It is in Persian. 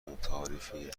متعارفیه